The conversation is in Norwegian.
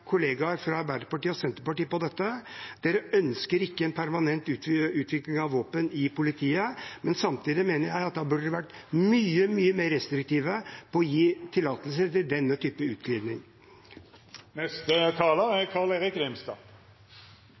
kollegaer fra Arbeiderpartiet og Senterpartiet: Dere ønsker ikke en permanent utvidelse av bevæpning i politiet, og da mener jeg dere samtidig burde vært mye mer restriktive på å gi tillatelser til denne type